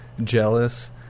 Jealous